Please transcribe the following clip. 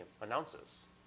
announces